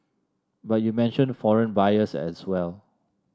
but you mentioned foreign buyers as well